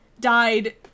died